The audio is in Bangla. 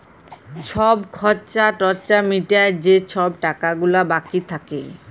ছব খর্চা টর্চা মিটায় যে ছব টাকা গুলা বাকি থ্যাকে